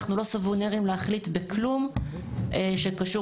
אנחנו לא סוברנים להחליט בכלום שקשור